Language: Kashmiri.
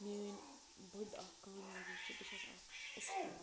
میٛٲنۍ بٔڑ اَکھ کامیٲبی چھِ بہٕ چھَس اَکھ اُستاد